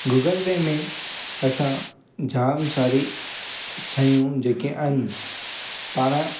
Google Pay में असां जाम सारी शयूं जेके आहिनि पाण